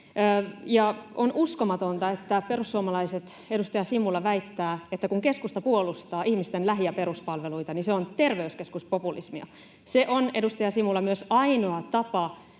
On uskomatonta, että perussuomalaiset, edustaja Simula, väittää, että kun keskusta puolustaa ihmisten lähi- ja peruspalveluita, niin se on terveyskeskuspopulismia. Se on, edustaja Simula, myös ainoa tapa